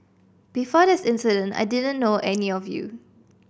before this incident I didn't know any of you